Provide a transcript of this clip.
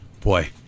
Boy